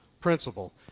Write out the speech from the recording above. principle